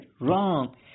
Wrong